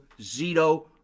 Zito